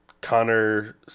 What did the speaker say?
Connor